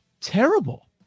Terrible